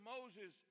Moses